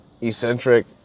eccentric